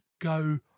go